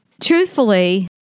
Truthfully